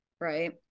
right